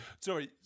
sorry